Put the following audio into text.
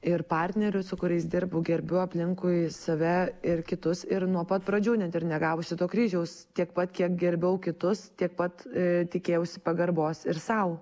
ir partnerių su kuriais dirbu gerbiu aplinkui save ir kitus ir nuo pat pradžių net ir negavusi to kryžiaus tiek pat kiek gerbiau kitus tiek pat tikėjausi pagarbos ir sau